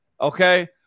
okay